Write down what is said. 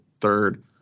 third